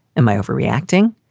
am i overreacting?